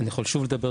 אני יכול שוב לדבר,